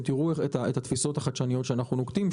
תראו את התפיסות החדשניות שאנחנו נוקטים.